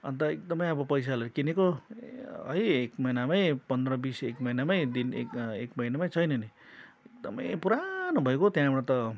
अन्त एकदमै अब पैसा हालेर किनेको है एक महिनामै पन्ध्र बिस एक महिनामै एक एक महिनामै छैन नि एकदमै पुरानो भइगयो त्यहाँबाट त